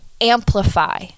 amplify